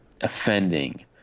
offending